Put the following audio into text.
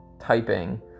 typing